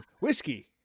Whiskey